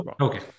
Okay